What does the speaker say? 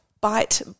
bite